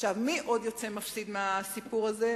מי עוד יוצא מפסיד מהסיפור הזה?